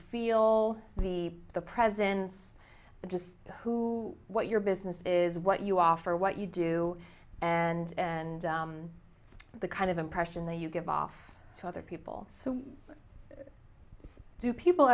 feel the the presence of just who what your business is what you offer what you do and and the kind of impression that you give off to other people so do people